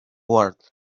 world